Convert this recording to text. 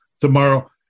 tomorrow